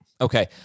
Okay